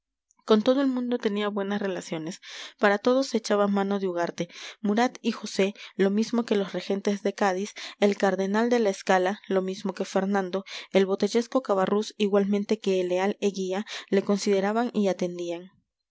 con todo el mundo tenía buenas relaciones para todo se echaba mano de ugarte murat y josé lo mismo que los regentes de cádiz el cardenal de la scala lo mismo que fernando el botellesco cabarrús igualmente que el leal eguía le consideraban y atendían